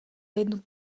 jednu